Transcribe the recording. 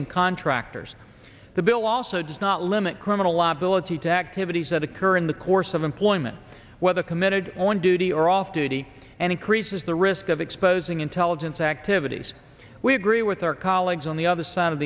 and contractors the bill also does not limit criminal liability to activities that occur in the course of employment whether committed on duty or off duty and increases the risk of exposing intelligence activities we agree with our colleagues on the other side of